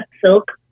silk